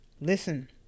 Listen